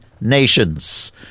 Nations